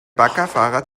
baggerfahrer